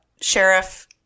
Sheriff